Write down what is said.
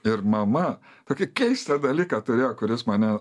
ir mama tokį keistą dalyką turėjo kuris mane